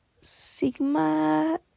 Sigma